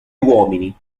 uomini